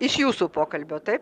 iš jūsų pokalbio taip